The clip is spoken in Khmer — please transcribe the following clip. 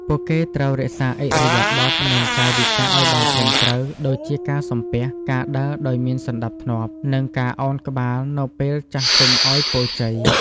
ពួកគេត្រូវរក្សាឥរិយាបថ និងកាយវិការឲ្យបានត្រឹមត្រូវ ដូចជាការ សំពះ ការដើរដោយមានសណ្តាប់ធ្នាប់ និងការឱនក្បាលនៅពេលចាស់ទុំឲ្យពរជ័យ។